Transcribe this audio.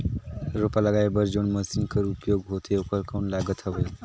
रोपा लगाय बर जोन मशीन कर उपयोग होथे ओकर कौन लागत हवय?